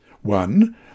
One